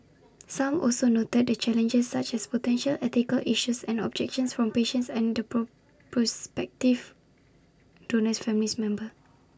some also noted the challenges such as potential ethical issues and objections from patients and the pro prospective donor's family members